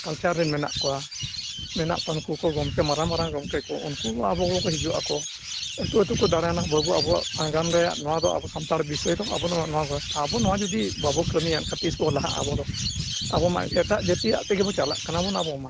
culture ᱨᱮᱱ ᱢᱮᱱᱟᱜ ᱠᱚᱣᱟ ᱩᱱᱠᱩ ᱠᱚ ᱜᱚᱢᱠᱮ ᱢᱟᱨᱟᱝ ᱢᱟᱨᱟᱝ ᱜᱚᱢᱠᱮ ᱠᱚ ᱩᱱᱠᱩ ᱠᱚ ᱟᱵᱚ ᱜᱮᱠᱚ ᱦᱤᱡᱩᱜ ᱟᱠᱚ ᱟᱹᱛᱩ ᱟᱹᱛᱩ ᱠᱚ ᱫᱟᱬᱟᱱᱟ ᱵᱟᱹᱵᱩ ᱟᱵᱚᱣᱟᱜ ᱟᱜᱟᱢ ᱨᱮᱭᱟᱜ ᱱᱚᱣᱟ ᱫᱚ ᱟᱵᱚ ᱥᱟᱱᱛᱟᱲ ᱵᱤᱥᱚᱭ ᱫᱚ ᱟᱵᱚ ᱱᱚᱣᱟ ᱱᱚᱣᱟ ᱴᱷᱟᱶ ᱟᱵᱚ ᱱᱚᱣᱟ ᱡᱩᱫᱤ ᱵᱟᱵᱚ ᱠᱟᱹᱢᱤᱭᱟ ᱮᱱᱠᱷᱟᱱ ᱛᱤᱥ ᱵᱚ ᱞᱟᱦᱟᱜᱼᱟ ᱟᱵᱚ ᱫᱚ ᱟᱵᱚᱢᱟ ᱮᱴᱟᱜ ᱡᱟᱹᱛᱤᱭᱟᱜ ᱛᱮᱜᱮ ᱪᱟᱞᱟᱜ ᱠᱟᱱᱟ ᱵᱚᱱ ᱟᱵᱚᱢᱟ